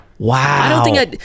Wow